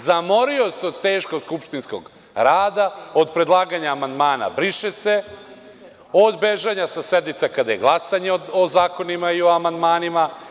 Zamorio se od teškog skupštinskog rada, od predlaganja amandmana „briše se“, od bežanja sa sednica kada bude glasanje o zakonima i o amandmanima.